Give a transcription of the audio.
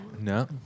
No